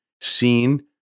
seen